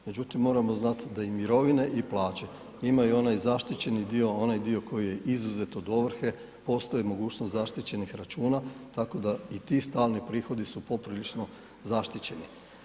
Međutim, moramo znati da i mirovine i plaće imaju onaj zaštićeni dio, onaj dio koji je izuzet od ovrhe, postoji mogućnost zaštićenih računa, tako da i ti stalni prihodi su poprilično zaštićeni.